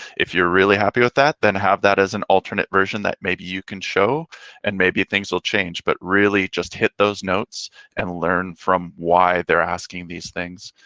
if you're really happy with that, then have that as an alternate version that maybe you can show and maybe things will change, but really just hit those notes and learn from why they're asking these things.